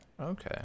Okay